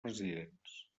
presidents